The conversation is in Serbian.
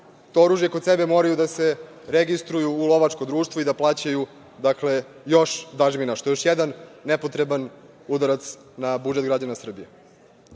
to oružje kod sebe moraju da se registruju u lovačko društvo i da plaćaju još dažbina, što je još jedan nepotreban udarac na budžet građana Srbije. Takođe,